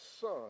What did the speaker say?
son